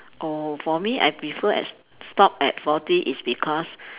oh for me I prefer at stop at forty is because